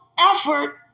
effort